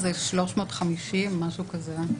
350, משהו כזה.